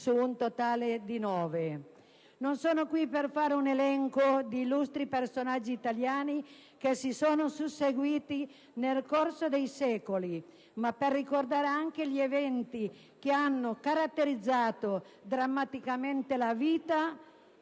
su un totale di nove. Non sono qui per fare un elenco di illustri personaggi italiani che si sono susseguiti nel corso dei secoli, ma per ricordare anche gli eventi che hanno caratterizzato drammaticamente la vita